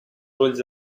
ulls